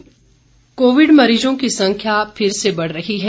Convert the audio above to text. Covid संदेश COVID मरीजों की संख्या फिर से बढ़ रही है